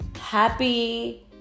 happy